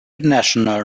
international